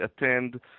attend